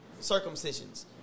circumcisions